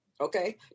Okay